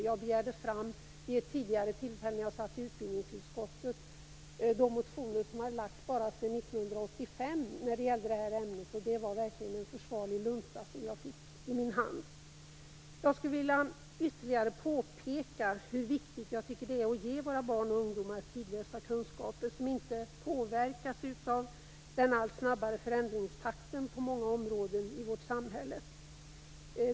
Jag begärde vid ett tidigare tillfälle, när jag satt i utbildningsutskottet, fram de motioner som hade väckts i det här ämnet bara sedan 1985, och det var verkligen en försvarlig lunta som jag fick i min hand. Jag skulle ytterligare vilja påpeka hur viktigt jag tycker det är att ge våra barn och ungdomar tidlösa kunskaper som inte påverkas av den allt snabbare förändringstakten på många områden i vårt samhälle.